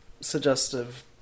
suggestive